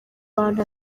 bantu